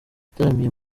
ataramiye